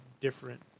different